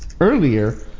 earlier